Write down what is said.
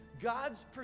God's